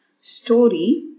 story